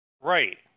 Right